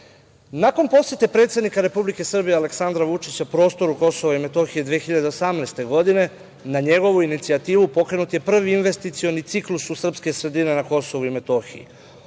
posete predsednika Republike Srbije Aleksandra Vučića prostoru Kosova i Metohije 2018. godine, na njegovu inicijativu pokrenut je prvi investicioni ciklus u srpske sredine na Kosovu i Metohiji. Ovo